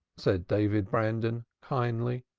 said david brandon kindly.